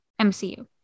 MCU